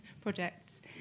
projects